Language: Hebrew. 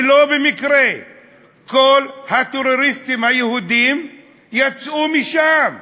ולא במקרה כל הטרוריסטים היהודים יצאו משם.